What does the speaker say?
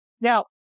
Now